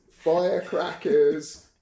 Firecrackers